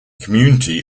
community